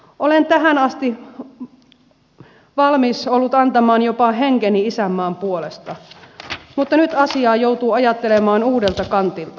olen tähän asti valmis ollut antamaan jopa henkeni isänmaan puolesta mutta nyt asiaa joutuu ajattelemaan uudelta kantilta